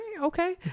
okay